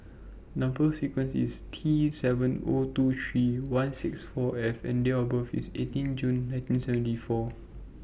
Number sequence IS T seven O two three one six four F and Date of birth IS eighteen June nineteen seventy four